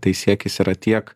tai siekis yra tiek